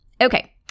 Okay